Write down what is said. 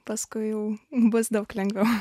paskui jau bus daug lengviau